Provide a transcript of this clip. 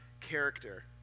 character